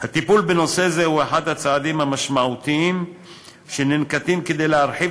הטיפול בנושא זה הוא אחד הצעדים המשמעותיים שננקטים כדי להרחיב